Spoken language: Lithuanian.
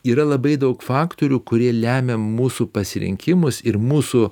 yra labai daug faktorių kurie lemia mūsų pasirinkimus ir mūsų